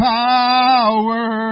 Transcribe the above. power